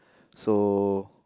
so